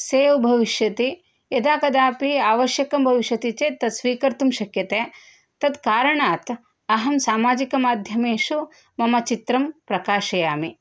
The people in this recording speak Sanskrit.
सेव् भविष्यति यदा कदापि आवश्यकं भविष्यति चेत् तत् स्वीकर्तुं शक्यते तत् कारणात् अहं सामाजिकमाध्यमेषु मम चित्रं प्रकाशयामि